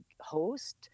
host